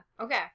Okay